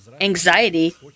anxiety